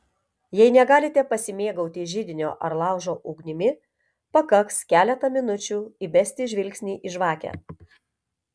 jei negalite pasimėgauti židinio ar laužo ugnimi pakaks keletą minučių įbesti žvilgsnį į žvakę